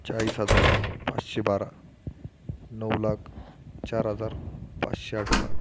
चाळीस हजार पाचशे बारा नऊ लाख चार हजार पाचशे अठरा